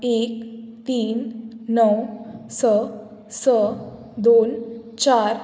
एक तीन णव स स दोन चार